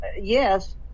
Yes